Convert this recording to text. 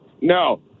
No